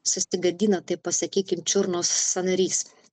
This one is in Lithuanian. sustigadina taip pasakykim čiurnos sąnarys